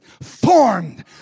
formed